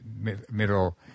Middle